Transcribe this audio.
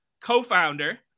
co-founder